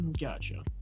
Gotcha